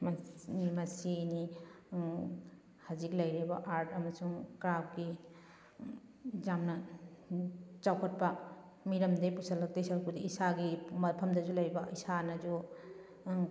ꯃꯁꯤꯅꯤ ꯍꯧꯖꯤꯛ ꯂꯩꯔꯤꯕ ꯑꯥꯔꯠ ꯑꯃꯁꯨꯡ ꯀ꯭ꯔꯥꯐꯀꯤ ꯌꯥꯝꯅ ꯆꯥꯎꯈꯠꯄ ꯃꯤꯔꯝꯗꯒꯤ ꯄꯨꯁꯤꯜꯂꯛꯇꯩ ꯁꯔꯨꯛꯄꯨꯗꯤ ꯏꯁꯥꯒꯤ ꯃꯐꯝꯗꯁꯨ ꯂꯩꯕ ꯏꯁꯥꯅꯁꯨ ꯑꯪ